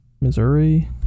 Missouri